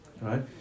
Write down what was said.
right